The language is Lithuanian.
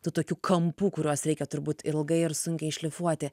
tų tokių kampų kuriuos reikia turbūt ilgai ir sunkiai šlifuoti